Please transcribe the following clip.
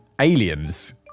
aliens